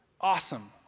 Awesome